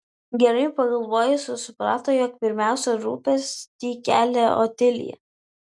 gerai pagalvojusi suprato jog pirmiausia rūpestį kelia otilija